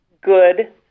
good